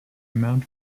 amount